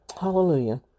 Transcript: Hallelujah